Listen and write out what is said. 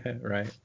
right